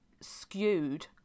skewed